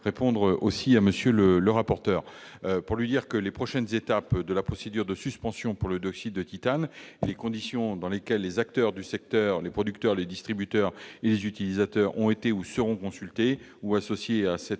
ministre. Monsieur le rapporteur pour avis, vous m'avez interrogé sur les prochaines étapes de la procédure de suspension du dioxyde de titane et sur les conditions dans lesquelles les acteurs du secteur, les producteurs, les distributeurs et les utilisateurs, ont été ou seront consultés ou associés à cette